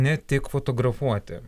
ne tik fotografuoti